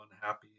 unhappy